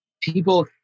people